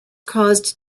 caused